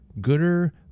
Gooder